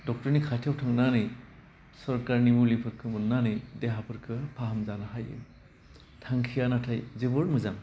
डक्टरनि खाथियाव थांनानै सरकारनि मुलिफोरखौ मोनानै देहाफोरखौ फाहामजानो हायो थांखिया नाथाय जोबोर मोजां